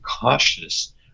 cautious